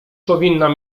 powinnam